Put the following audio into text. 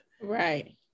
right